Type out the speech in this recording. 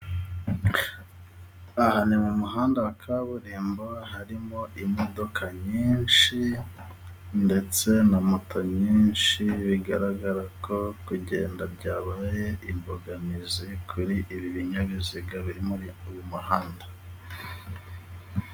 Aha ni mu muhanda wa kaburimbo harimo imodoka nyinshi ndetse na moto nyinshi, bigaragara ko kugenda byabaye imbogamizi ku binyabiziga biri muri uyu muhanda.